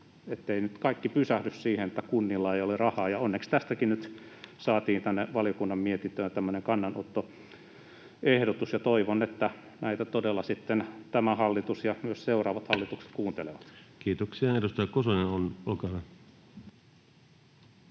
ettei nyt kaikki pysähdy siihen, että kunnilla ei ole rahaa. Onneksi tästäkin nyt saatiin valiokunnan mietintöön tämmöinen kannanottoehdotus, ja toivon, että näitä todella sitten tämä hallitus ja myös seuraavat hallitukset kuuntelevat. [Speech 35] Speaker: